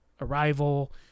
arrival